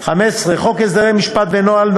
15. חוק הסדרי משפט ומינהל ,